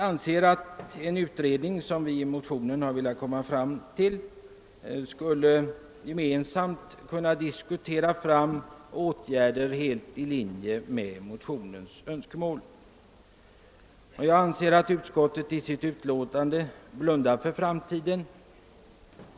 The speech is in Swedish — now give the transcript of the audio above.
Den utredning vi har föreslagit i motionen skulle, menar jag, kunna diskutera fram åtgärder som ligger i linje med motionens önskemål. Jag anser att utskottet i sitt utlåtande blundar för framtiden.